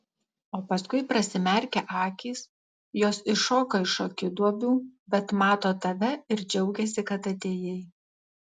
o paskui prasimerkia akys jos iššoka iš akiduobių bet mato tave ir džiaugiasi kad atėjai